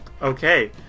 Okay